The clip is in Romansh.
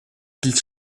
dils